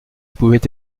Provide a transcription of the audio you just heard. pouvait